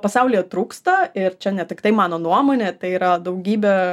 pasaulyje trūksta ir čia ne tiktai mano nuomonė tai yra daugybė